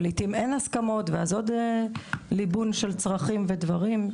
ואם אין הסכמות אז יש עוד ליבון של צרכים ודברים.